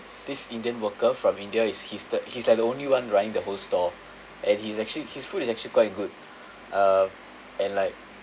this indian worker from india is he's the he's like the only one running the whole store and he's actually his food is actually quite good uh and like